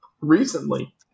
Recently